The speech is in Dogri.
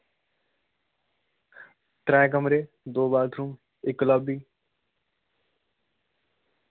त्रै कमरे दो बाथरूम इक लाब्बी